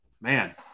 man